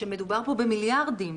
מדובר פה במיליארדים,